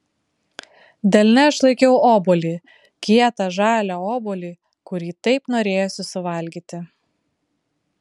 delne aš laikiau obuolį kietą žalią obuolį kurį taip norėjosi suvalgyti